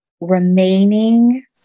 remaining